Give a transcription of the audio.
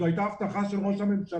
זו הייתה הבטחה של ראש הממשלה,